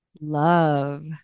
love